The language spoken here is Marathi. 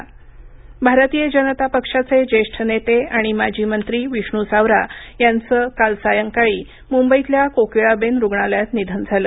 सावरा निधन भारतीय जनता पक्षाचे ज्येष्ठ नेते आणि माजी मंत्री विष्णू सावरा यांचं काल सायंकाळी मुंबईतल्या कोकिळाबेन रुग्णालयात निधन झालं